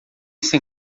sem